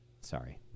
Sorry